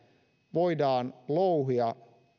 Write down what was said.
voidaan louhia